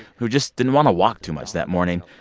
who just didn't want to walk too much that morning.